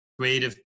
creative